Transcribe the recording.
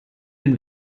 den